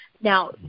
Now